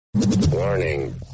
Warning